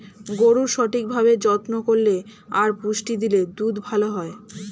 গরুর সঠিক ভাবে যত্ন করলে আর পুষ্টি দিলে দুধ ভালো হয়